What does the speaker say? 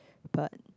but